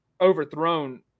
overthrown